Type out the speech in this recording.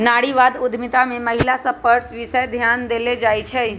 नारीवाद उद्यमिता में महिला सभ पर विशेष ध्यान देल जाइ छइ